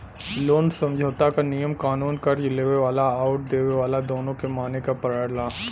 loan समझौता क नियम कानून कर्ज़ लेवे वाला आउर देवे वाला दोनों के माने क पड़ला